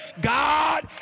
God